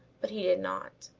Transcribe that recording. but he did not.